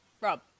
Rob